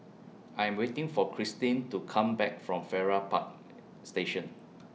I Am waiting For Christene to Come Back from Farrer Park Station